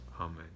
amen